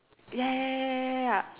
ya